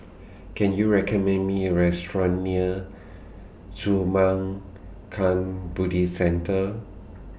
Can YOU recommend Me Restaurant near Zurmang Can Buddhist Centre